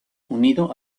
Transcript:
unido